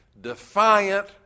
defiant